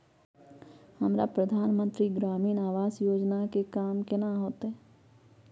हमरा प्रधानमंत्री ग्रामीण आवास योजना के काम केना होतय?